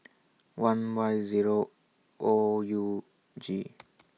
one Y Zero O U G